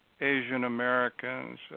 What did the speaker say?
Asian-Americans